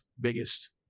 biggest